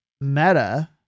meta